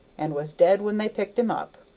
and was dead when they picked him up.